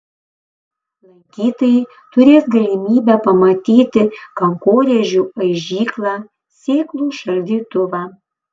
lankytojai turės galimybę pamatyti kankorėžių aižyklą sėklų šaldytuvą